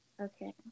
Okay